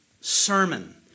sermon